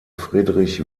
friedrich